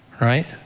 right